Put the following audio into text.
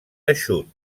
eixut